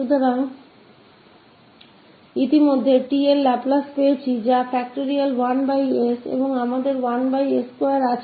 तो हमारे पास t का लाप्लास पहले से ही है जोकि 1s2 और हमारे पास है 1s2